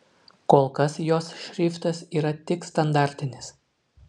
kol kas jos šriftas yra tik standartinis